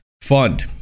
fund